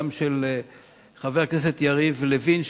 גם של חבר הכנסת יריב לוין,